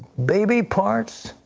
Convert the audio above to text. baby parts?